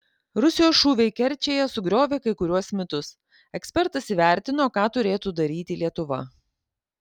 rusijos šūviai kerčėje sugriovė kai kuriuos mitus ekspertas įvertino ką turėtų daryti lietuva